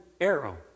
arrow